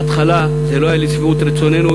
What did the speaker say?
בהתחלה זה לא היה לשביעות רצוננו.